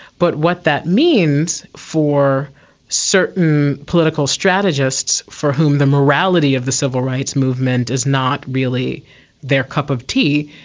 but what that means for certain political strategists for whom the morality of the civil rights movement is not really their cup of tea,